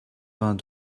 vingt